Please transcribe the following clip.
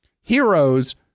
heroes